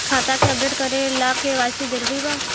खाता के अपडेट करे ला के.वाइ.सी जरूरी बा का?